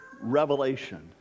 revelation